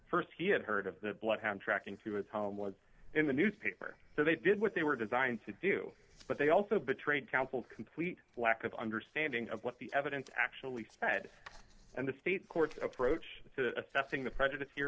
question st he had heard of the bloodhound tracking to his home was in the newspaper so they did what they were designed to do but they also betrayed counsel complete lack of understanding of what the evidence actually said and the state courts approach to assessing the prejudice here